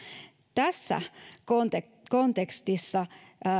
tässä kontekstissa kontekstissa